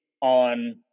on